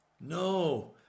No